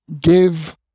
give